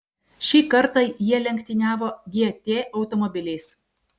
šį kartą jie lenktyniavo gt automobiliais